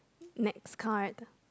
next count right